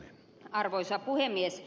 arvoisa puhemies